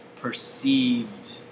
perceived